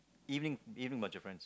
evening evening bunch of friends